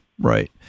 Right